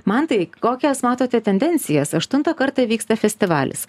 mantai kokias matote tendencijas aštuntą kartą vyksta festivalis